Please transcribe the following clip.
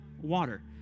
Water